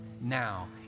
now